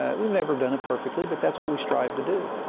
ah we've never done it perfectly, but that's what we strive to do.